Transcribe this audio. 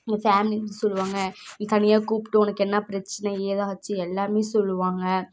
எங்கள் ஃபேமிலின்னு சொல்லுவாங்க தனியாக கூப்பிட்டு உனக்கு என்ன பிரச்சினை ஏதாச்சும் எல்லாமே சொல்லுவாங்கள்